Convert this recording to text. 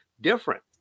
different